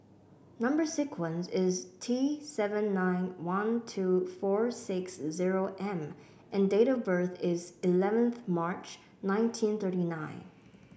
number sequence is T seven nine one two four six zero M and date of birth is eleventh March nineteen thirty nine